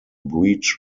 breach